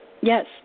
Yes